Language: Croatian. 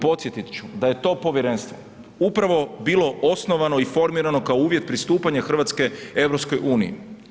Podsjetit ću da je to povjerenstvo upravo bilo osnovano i formirano kao uvjet pristupanja Hrvatske EU.